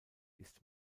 ist